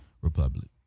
Republic